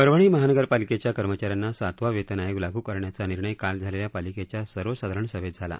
परभणी महानगरपालिकेच्या कर्मचाऱ्यांना सातवा वेतन आयोग लागू करण्याचा निर्णय काल झालेल्या पालिकेच्या सर्वसाधारण सभेत झाला